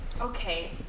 Okay